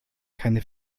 keine